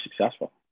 successful